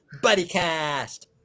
BuddyCast